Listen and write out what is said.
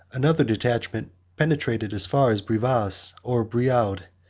another detachment penetrated as far as brivas, or brioude,